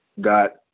got